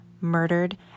murdered